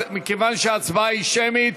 מכיוון שההצבעה היא שמית,